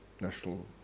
National